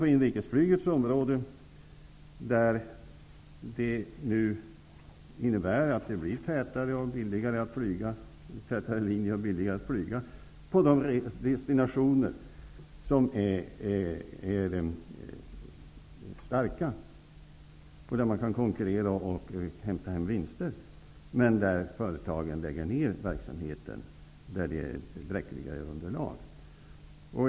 På inrikesflygets område blir det tätare avgångar och billigare att flyga på de destinationer som är starka, och där man kan konkurrera och hämta hem vinster. Där det är bräckligare underlag lägger företagen ned verksamheten.